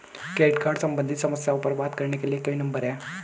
Credit card सम्बंधित समस्याओं पर बात करने के लिए कोई नंबर है?